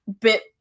bit